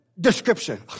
description